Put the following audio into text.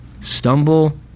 stumble